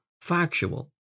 factual